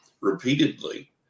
repeatedly